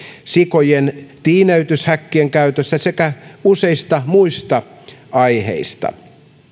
sikojen tiineytyshäkkien käytöstä sekä useista muista aiheista